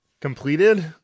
completed